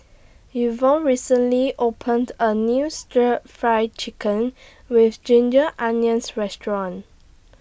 Ivonne recently opened A New Stir Fry Chicken with Ginger Onions Restaurant